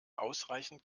ausreichend